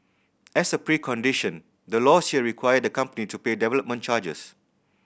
as a precondition the laws here require the company to pay development charges